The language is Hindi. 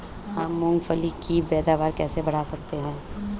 हम मूंगफली की पैदावार कैसे बढ़ा सकते हैं?